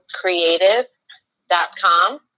creative.com